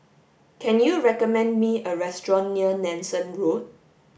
can you recommend me a restaurant near Nanson Road